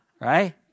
Right